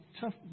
tough